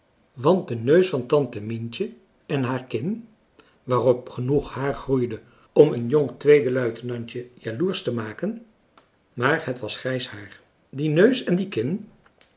de neus van tante mientje en haar kin waarop genoeg haar groeide om een jong tweede luitenantje jaloersch te maken maar het was grijs haar die neus en die kin